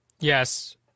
Yes